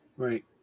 Right